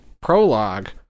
prologue